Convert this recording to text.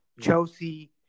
chelsea